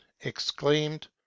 exclaimed